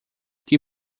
que